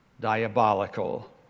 Diabolical